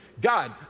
God